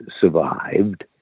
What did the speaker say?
survived